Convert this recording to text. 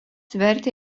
vertė